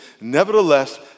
nevertheless